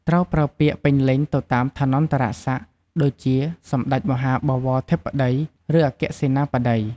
ត្រូវប្រើពាក្យ ពេញលេញទៅតាមឋានន្តរស័ក្តិ ដូចជា សម្តេចមហាបវរធិបតី ឫ អគ្គសេនាបតី។